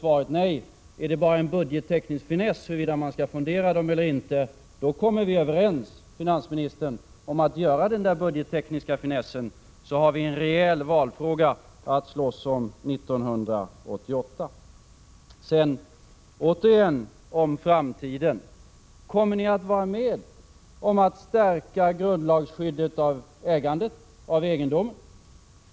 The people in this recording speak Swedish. Är det bara en budgetteknisk finess huruvida man skall fondera pengarna eller inte, då kommer vi överens med finansministern om att göra den budgettekniska finessen, och då har vi en reell valfråga att slåss om 1988. Återigen några ord om framtiden! Kommer ni att vara med om att stärka grundlagsskyddet för ägandet, för egendom?